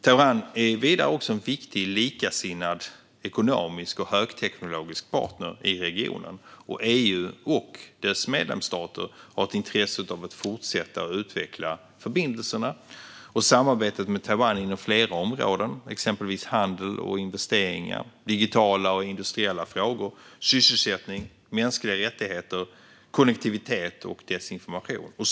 Taiwan är också en viktig likasinnad ekonomisk och högteknologisk partner i regionen. EU och dess medlemsstater har ett intresse av att fortsätta utveckla förbindelserna och samarbetet med Taiwan inom flera områden, exempelvis handel och investeringar, digitala och industriella frågor, sysselsättning, mänskliga rättigheter, konnektivitet och desinformation.